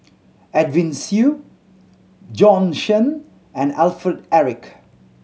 Edwin Siew Bjorn Shen and Alfred Eric